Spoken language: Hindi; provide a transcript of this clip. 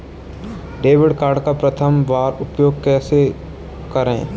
डेबिट कार्ड का प्रथम बार उपयोग कैसे करेंगे?